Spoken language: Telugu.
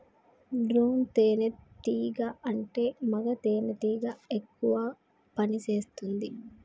డ్రోన్ తేనే టీగా అంటే మగ తెనెటీగ ఎక్కువ పని చేస్తుంది